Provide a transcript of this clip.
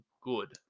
good